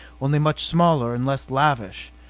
only much smaller and less lavish.